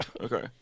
Okay